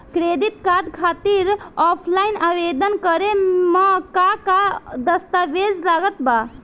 Credit card खातिर offline आवेदन करे म का का दस्तवेज लागत बा?